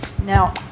Now